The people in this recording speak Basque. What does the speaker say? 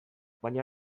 baina